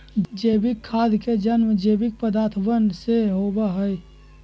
जैविक खाद के जन्म जैविक पदार्थवन से होबा हई